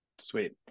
Sweet